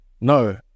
No